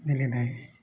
ମିଳି ନାହିଁ